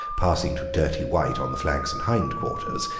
passing to dirty white on the flanks and hind-quarters,